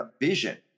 vision